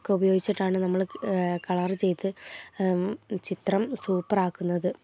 ഒക്കെ ഉപയോഗിച്ചിട്ടാണ് നമ്മൾ കളർ ചെയ്ത് ചിത്രം സൂപ്പറാക്കുന്നത്